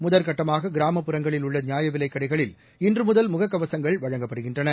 முதல்கட்டமாககிராமப்புறங்களில் உள்ளநியாயவிலைக் கடைகளில் இன்றுமுதல் முகக்கவசங்கள் வழங்கப்படுகின்றன